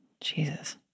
Jesus